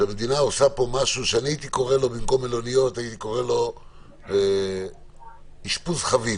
שהמדינה עושה פה משהו שבמקום מלוניות הייתי קורא לו אשפוז חביב.